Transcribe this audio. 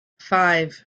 five